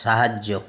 ସାହାଯ୍ୟ